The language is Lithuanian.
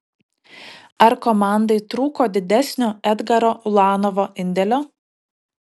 ar komandai trūko didesnio edgaro ulanovo indėlio